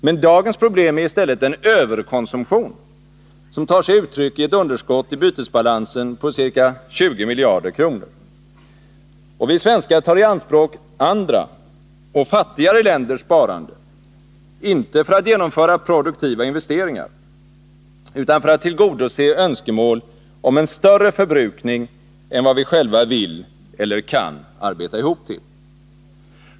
Men dagens problem är i stället en överkonsumtion, som tar sig uttryck i ett underskott i bytesbalansen på ca 20 miljarder kronor. Och vi svenskar tar i anspråk andra och fattigare länders sparande, inte för att genomföra produktiva investeringar utan för att tillgodose önskemål om en större förbrukning än vad vi själva vill eller kan arbeta ihop till.